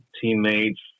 teammates